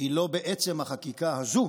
היא לא בעצם החקיקה הזו,